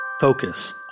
focus